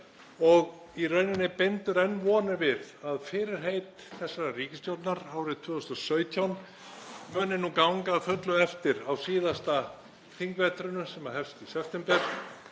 í rauninni enn vonir við að fyrirheit þessarar ríkisstjórnar árið 2017 muni nú ganga að fullu eftir á síðasta þingvetrinum sem hefst í september,